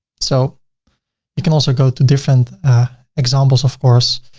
so you can also go to different examples of course.